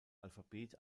alphabet